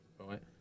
Right